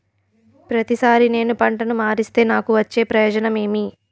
ప్రతిసారి నేను పంటను మారిస్తే నాకు వచ్చే ప్రయోజనం ఏమి?